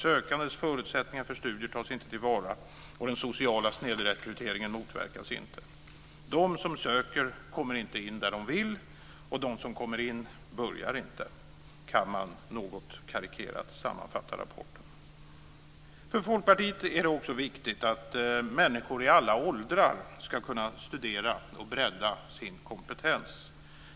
Sökandes förutsättningar för studier tas inte till vara. Den sociala snedrekryteringen motverkas inte. De som söker kommer inte in där de vill, och de som kommer in börjar inte - så kan man något karikerat sammanfatta rapporten. För Folkpartiet är det också viktigt att människor i alla åldrar ska kunna studera och bredda sin kompetens.